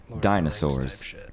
Dinosaurs